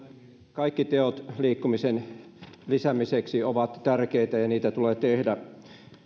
kaikki teot liikkumisen lisäämiseksi ovat tärkeitä ja niitä tulee tehdä